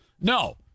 No